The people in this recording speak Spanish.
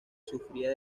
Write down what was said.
sufría